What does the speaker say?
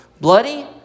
Bloody